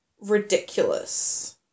ridiculous